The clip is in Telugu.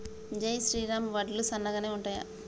జై శ్రీరామ్ వడ్లు సన్నగనె ఉంటయా?